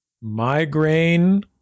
migraine